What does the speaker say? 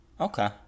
Okay